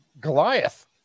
Goliath